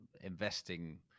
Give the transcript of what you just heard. investing